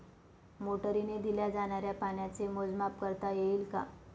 मोटरीने दिल्या जाणाऱ्या पाण्याचे मोजमाप करता येईल का?